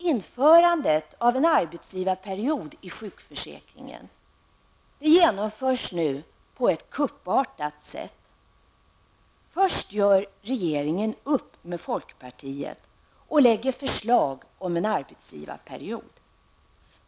Införandet av en arbetsgivarperiod i sjukförsäkringen genomförs nu på ett kuppartat sätt. Först gör regeringen upp med folkpartiet och lägger förslag om en arbetsgivarperiod.